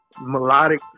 melodic